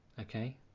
Okay